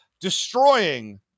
destroying